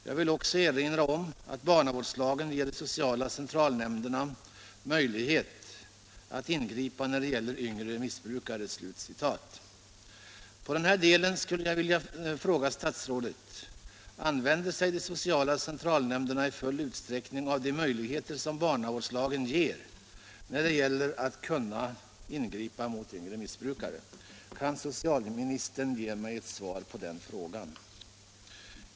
Jag vill också erinra om att barnavårdslagen ger de sociala centralnämnderna möjlighet att ingripa när det gäller yngre missbrukare.” Beträffande denna del av svaret skulle jag vilja fråga statsrådet: Använder sig de sociala centralnämnderna i full utsträckning av de möjligheter som barnavårdslagen ger när det gäller att ingripa mot yngre missbrukare? Kan socialministern ge mig ett svar på den frågan?